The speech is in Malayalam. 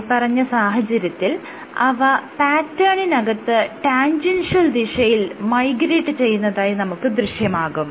മേല്പറഞ്ഞ സാഹചര്യത്തിൽ അവ പാറ്റേണിനകത്ത് ടാൻജെൻഷ്യൽ ദിശയിൽ മൈഗ്രേറ്റ് ചെയ്യുന്നതായി നമുക്ക് ദൃശ്യമാകും